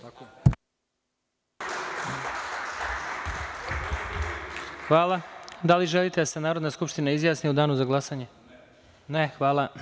Da li želite da se Narodna skupština izjasni u danu za glasanje? (Ne.) Hvala.